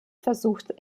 versucht